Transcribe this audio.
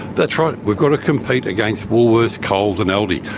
that's right, we've got to compete against woolworths, coles and aldi.